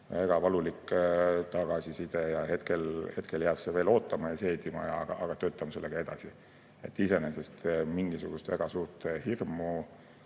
väga valulik tagasiside. Hetkel jääb see veel ootama ja seedima, aga töötame sellega edasi. Iseenesest mingisugust väga suurt hirmu